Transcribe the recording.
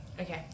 Okay